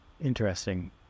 Interesting